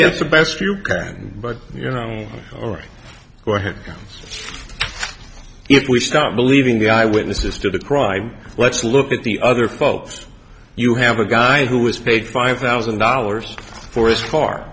yes the best you can but you know all right go ahead if we start believing the eyewitnesses to the crime let's look at the other folks you have a guy who was paid five thousand dollars for his car